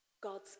God's